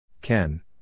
Ken